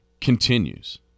continues